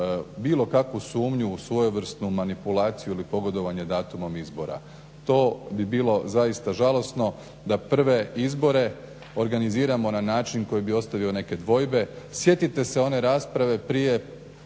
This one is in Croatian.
bilo kakvu sumnju u svojevrsnu manipulaciju ili pogodovanje datumom izbora. To bi bilo zaista žalosno da prve izbore organiziramo na način koji bi ostavio neke dvojbe. Sjetite se one rasprave prije